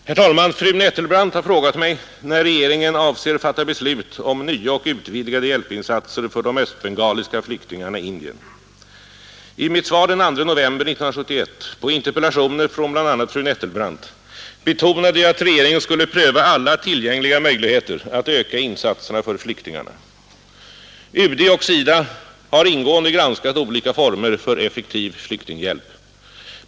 Herr talman! Fru Nettelbrandt har frågat mig när regeringen avser fatta beslut om nya och utvidgade hjälpinsatser för de östbengaliska flyktingarna i Indien. I mitt svar den 2 november 1971 på interpellationer från bl.a. fru Nettelbrandt betonade jag att regeringen skulle pröva alla tillgängliga möjligheter att öka insatserna för flyktingarna. UD och SIDA har ingående granskat olika former för effektiv flyktinghjälp.